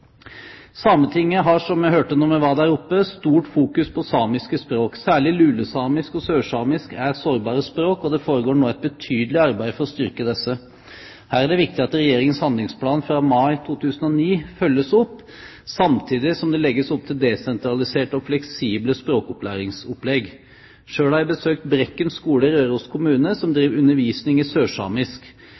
Sametinget har, som vi hørte da vi var der oppe, stort fokus på samiske språk. Særlig lulesamisk og sørsamisk er sårbare språk, og det foregår nå et betydelig arbeid for å styrke disse. Her er det viktig at Regjeringens handlingsplan fra mai 2009 følges opp, samtidig som det legges opp til desentraliserte og fleksible språkopplæringsopplegg. Selv har jeg besøkt Brekken skole i Røros kommune som har undervisning i sørsamisk.